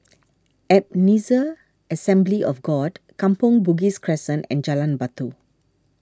Ebenezer Assembly of God Kampong Bugis Crescent and Jalan Batu